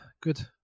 good